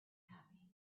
happy